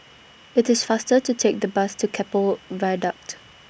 IT IS faster to Take The Bus to Keppel Viaduct